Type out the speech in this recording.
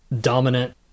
dominant